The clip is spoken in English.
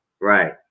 Right